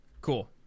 cool